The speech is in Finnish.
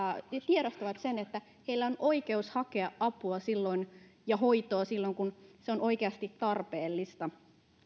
tiedostavat sen että heillä on oikeus hakea apua ja hoitoa silloin kun se on oikeasti tarpeellista